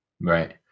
Right